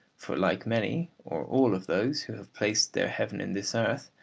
for like many or all of those who have placed their heaven in this earth,